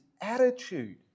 attitude